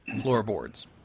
floorboards